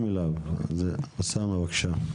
בבקשה.